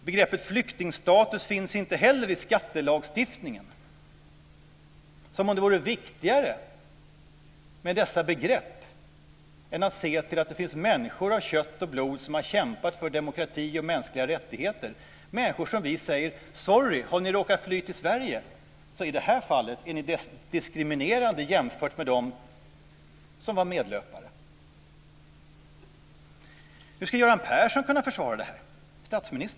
Begreppet flyktingstatus finns inte heller i skattelagstiftningen, som om det vore viktigare med dessa begrepp än att se till människor av kött och blod som har kämpat för demokrati och mänskliga rättigheter, människor till vilka vi säger: Sorry att ni råkat fly till Sverige. I det här fallet är ni diskriminerade jämfört med dem som var medlöpare. Hur ska Göran Persson, statsministern, kunna försvara detta?